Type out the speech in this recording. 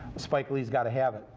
spike lee's gotta have it.